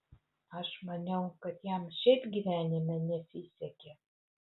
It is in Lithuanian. aš maniau kad jam šiaip gyvenime nesisekė